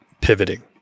pivoting